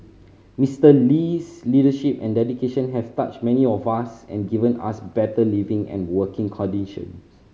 Mister Lee's leadership and dedication have touched many of us and given us better living and working conditions